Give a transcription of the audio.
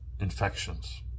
Infections